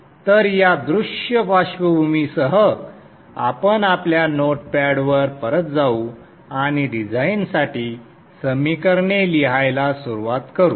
तर या दृश्य पार्श्वभूमीसह आपण आपल्या नोटपॅडवर परत जाऊ आणि डिझाइनसाठी समीकरणे लिहायला सुरुवात करू